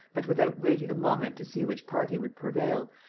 but, without waiting a moment to see which party would prevail,